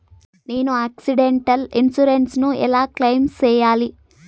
నేను accidental insurance ను ఎలా క్లెయిమ్ సేయాలి?